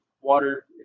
water